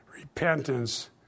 repentance